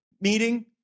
meeting